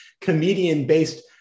comedian-based